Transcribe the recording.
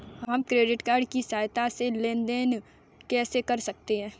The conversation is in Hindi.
हम क्रेडिट कार्ड की सहायता से लेन देन कैसे कर सकते हैं?